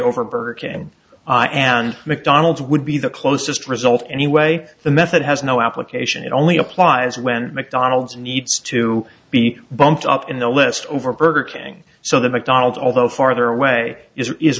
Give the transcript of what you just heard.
over burger king and mcdonald's would be the closest result anyway the method has no application it only applies when mcdonald's needs to be bumped up in the list over burger king so the mcdonald's although farther away is